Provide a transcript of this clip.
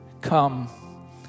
Come